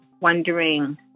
wondering